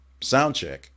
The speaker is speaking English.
Soundcheck